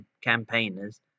campaigners